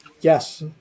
Yes